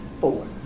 Four